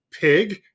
pig